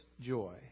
joy